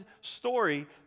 story